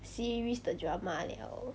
series 的 drama 了